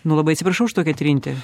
nu labai atsiprašau už tokią trintį